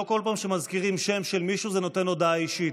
לא כל פעם שמזכירים שם של מישהו זה נותן הודעה אישית.